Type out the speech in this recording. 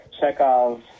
Chekhov